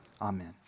Amen